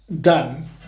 done